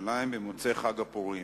ובירושלים במוצאי חג הפורים,